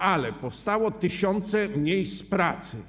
Ale - powstały tysiące miejsc pracy.